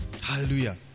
Hallelujah